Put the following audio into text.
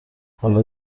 حالا